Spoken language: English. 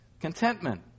Contentment